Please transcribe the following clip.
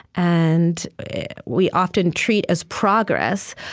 and we often treat as progress